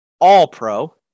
all-pro